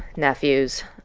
nephews.